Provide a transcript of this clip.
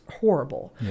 horrible